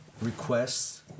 requests